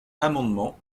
amendement